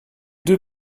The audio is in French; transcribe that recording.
deux